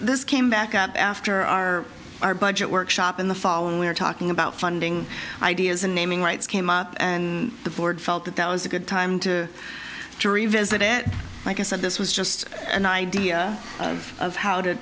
this came back up after are our budget workshop in the fall and we're talking about funding ideas and naming rights came up and the board felt that that was a good time to revisit it like i said this was just an idea of how to